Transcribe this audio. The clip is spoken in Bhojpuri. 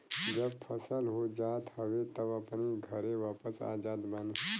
जब फसल हो जात हवे तब अपनी घरे वापस आ जात बाने